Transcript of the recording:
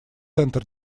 центр